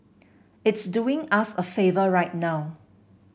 it's doing us a favour right now